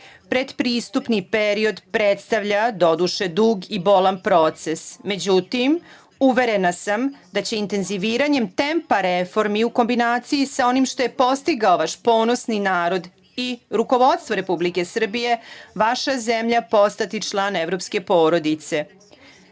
godine. Pretpristupni period predstavlja, doduše, dug i bolan proces, međutim, uverena sam da će intenziviranjem tempa reformi, u kombinaciji sa onim što je postigao vaš ponosni narod i rukovodstvo Republike Srbije, vaša zemlja postati član evropske porodice.Za